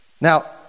Now